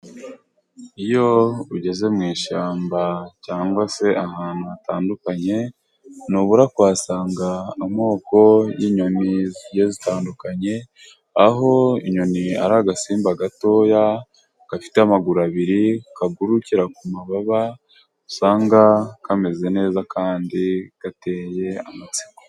Iyo ugeze mu ishyamba cyangwa se ahantu hatandukanye ntubura kuhasanga amoko y'inyoni zigiye zitandukanye, aho inyoni ari agasimba gatoya, gafite amaguru abiri, kagurukira ku mababa, usanga kameze neza kandi gateye amatsiko.